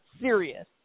serious